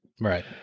Right